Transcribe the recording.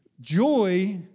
joy